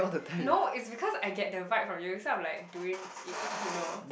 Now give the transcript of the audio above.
no it's because I get the vibe from you so I'm like doing it you know